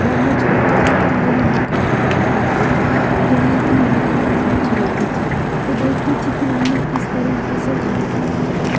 जब मैं छोटी थी तो मेरी माँ खाना बनाती थी तो मैं अपनी माँ के पास बैठी रहती थी तो देखती थी कि मम्मा किस तरीके से खाना बनाती है